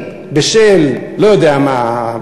נכלאים בשל לא יודע מה,